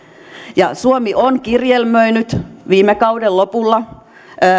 suomi on kirjelmöinyt viime kauden lopulla